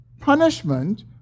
punishment